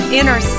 inner